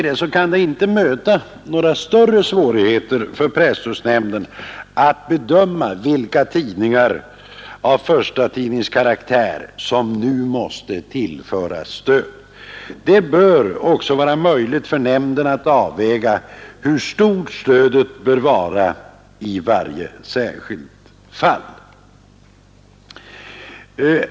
Det kan inte möta några större svårigheter för presstödsnämnden att bedöma vilka tidningar av förstatidningskaraktär som nu måste tillföras stöd. Det bör också vara möjligt för nämnden att avväga hur stort stödet bör vara i varje särskilt fall.